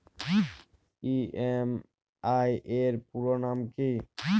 EMI এর পুরোনাম কী?